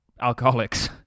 alcoholics